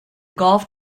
golf